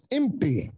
empty